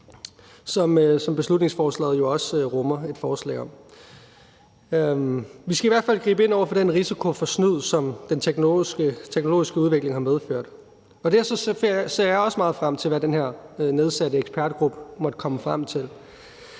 som beslutningsforslaget jo også rummer et forslag om. Vi skal i hvert fald gribe ind over for den risiko for snyd, som den teknologiske udvikling har medført. Derfor ser jeg også meget frem til, hvad den her nedsatte ekspertgruppe måtte komme frem til.